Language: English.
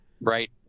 right